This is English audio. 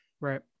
Right